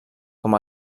com